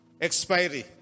Expiry